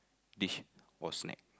dish or snack